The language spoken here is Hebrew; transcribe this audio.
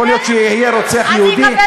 יכול להיות שיהיה רוצח יהודי?